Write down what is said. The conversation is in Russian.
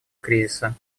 кризиса